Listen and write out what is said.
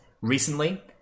recently